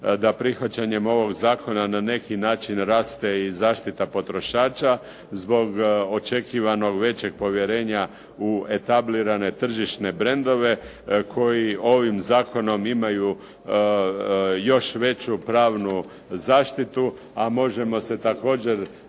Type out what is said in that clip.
da prihvaćanjem ovog zakona na neki način raste i zaštita potrošača zbog očekivanog većeg povjerenja u etablirane tržišne brendove koji ovim zakonom imaju još veću pravnu zaštitu, a možemo se također